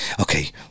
okay